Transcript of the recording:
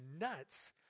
nuts